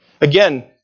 Again